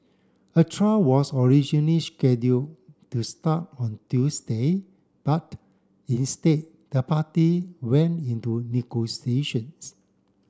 a trial was originally scheduled to start on Tuesday but instead the party went into negotiations